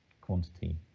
quantity